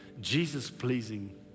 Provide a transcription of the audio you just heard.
Jesus-pleasing